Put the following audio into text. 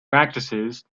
practices